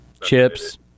Chips